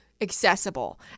accessible